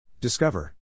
Discover